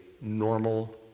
normal